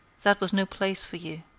that was no place for you.